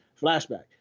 flashback